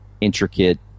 intricate